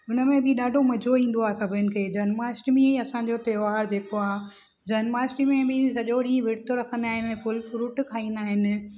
हुन में बि ॾाढो मज़ो ईंदो आहे सभिनि खे जन्माष्टमी असांजो त्योहारु जेको आहे जन्माष्टमी में बि सॼो ॾींहुं विर्तु रखंदा आहिनि फल फ्रुट खाईंदा आहिनि